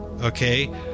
okay